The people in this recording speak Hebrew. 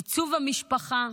לייצוב המשפחה.